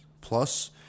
plus